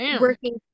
working